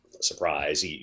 surprise